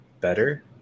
better